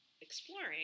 exploring